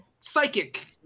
psychic